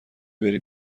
بری